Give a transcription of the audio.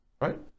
right